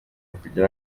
kugira